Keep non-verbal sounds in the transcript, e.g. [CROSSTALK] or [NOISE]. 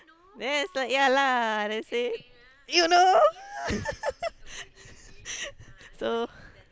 then is like ya lah then say you know [LAUGHS] so